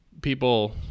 people